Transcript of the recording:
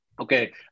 Okay